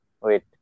Wait